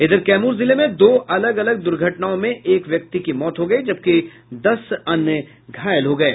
इधर कैमूर जिले में दो अलग अलग दूर्घटनाओं में एक व्यक्ति की मौत हो गयी जबकि दस अन्य घायल हो गये